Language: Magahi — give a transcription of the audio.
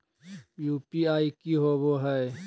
यू.पी.आई की होवे हय?